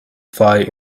fly